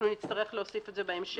נצטרך להוסיף את זה בהמשך.